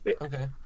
Okay